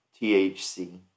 THC